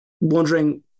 wondering